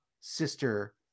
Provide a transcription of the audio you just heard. sister